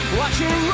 watching